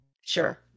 Sure